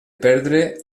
perdre